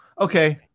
Okay